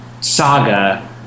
saga